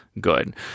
good